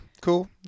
cool